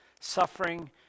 suffering